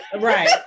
Right